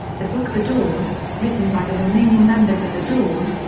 the book the doors, written by the remaining members of the doors,